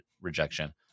rejection